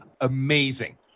amazing